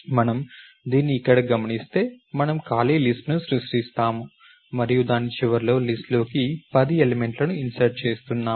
మనము దీన్ని ఇక్కడ గమనిస్తే మనము ఖాళీ లిస్ట్ ను సృష్టిస్తాము మరియు దాని చివరిలో లిస్ట్ లోకి 10 ఎలిమెంట్లను ఇన్సర్ట్ చేస్తున్నాము